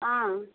ஆ